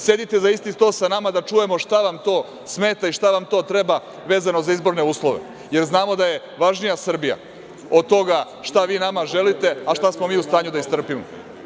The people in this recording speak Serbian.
Sedite za isti sto sa nama da čujemo šta vam to smeta i šta vam to treba, vezano za izborne uslove, jer znamo da je važnija Srbija od toga šta vi nama želite, a šta smo mi u stanju da istrpimo.